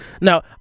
Now-